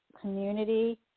community